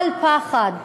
על פחד,